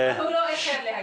הוא לא איחר להגיע.